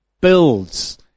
builds